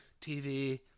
TV